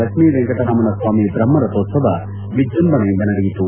ಲಕ್ಷ್ಮೀವೆಂಕಟರಮಣ ಸ್ವಾಮಿ ಬ್ರಹ್ಮರಥೋತ್ಸವ ವಿಜೃಂಭಣೆಯಿಂದ ನಡೆಯಿತು